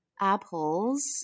apples